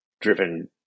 driven